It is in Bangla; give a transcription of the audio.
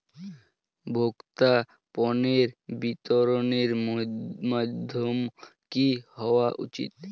ভোক্তা পণ্যের বিতরণের মাধ্যম কী হওয়া উচিৎ?